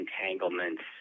entanglements